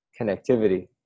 connectivity